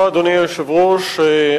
אדוני היושב-ראש,